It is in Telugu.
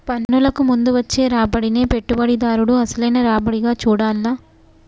పన్నులకు ముందు వచ్చే రాబడినే పెట్టుబడిదారుడు అసలైన రాబడిగా చూడాల్ల